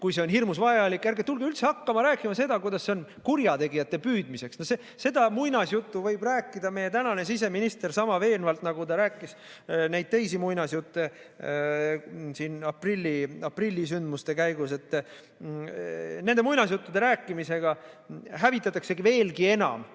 kui see on hirmus vajalik. Ärge tulge üldse rääkima seda, kuidas see on kurjategijate püüdmiseks. Seda muinasjuttu võib rääkida meie tänane siseminister sama veenvalt, nagu ta rääkis neid teisi muinasjutte aprillisündmuste käigus. Nende muinasjuttude rääkimisega hävitatakse veelgi enam